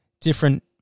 Different